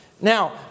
Now